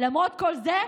למרות כל זה,